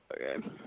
Okay